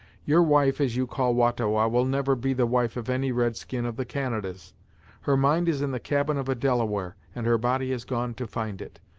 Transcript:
your wife, as you call wah-ta-wah, will never be the wife of any red-skin of the canadas her mind is in the cabin of a delaware, and her body has gone to find it.